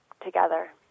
together